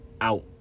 out